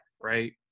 right